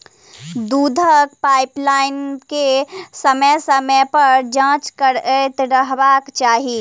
दूधक पाइपलाइन के समय समय पर जाँच करैत रहबाक चाही